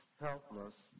helpless